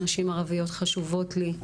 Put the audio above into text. נשים ערביות חשובות לי.